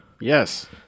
Yes